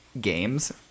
games